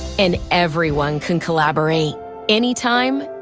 and everyone can collaborate anytime,